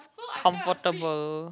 comfortable